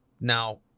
Now